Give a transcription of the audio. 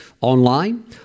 online